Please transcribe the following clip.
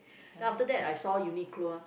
then after that I saw Uniqlo one